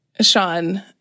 Sean